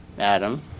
Adam